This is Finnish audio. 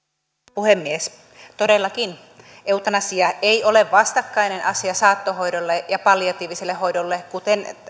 puhemies todellakin eutanasia ei ole vastakkainen asia saattohoidolle ja palliatiiviselle hoidolle kuten